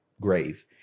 grave